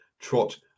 trot